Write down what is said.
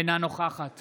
אינה נוכחת